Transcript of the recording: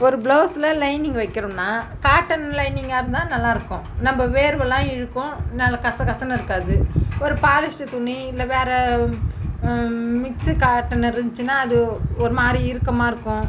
ஒரு ப்ளவுஸில் லைனிங் வைக்கறோன்னா காட்டன் லைனிங்காருந்தால் நல்லாயிருக்கும் நம்ப வேர்வைலாம் இழுக்கும் நல்ல கசகசன்னு இருக்காது ஒரு பாலிஸ்டர் துணி இல்லை வேறு மிக்ஸு காட்டன் இருந்துச்சுன்னால் அது ஒரு மாதிரி இறுக்கமாக இருக்கும்